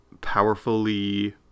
powerfully